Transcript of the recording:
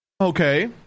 Okay